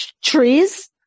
Trees